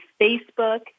Facebook